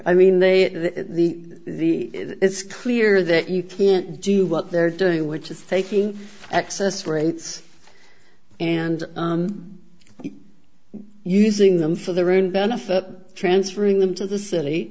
i mean they have the the it's clear that you can't do what they're doing which is taking excess rates and using them for their own benefit transferring them to the city